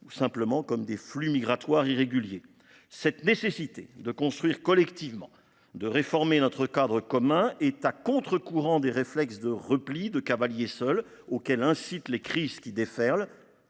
des menaces ni comme des flux migratoires irréguliers ! Cette nécessité de construire collectivement, de réformer notre cadre commun va à contre-courant des réflexes de repli et de la tentation de faire cavalier seul, auxquels incitent les crises qui déferlent.